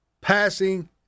passing